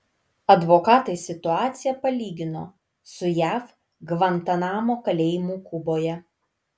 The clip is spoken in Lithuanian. advokatai situaciją palygino su jav gvantanamo kalėjimu kuboje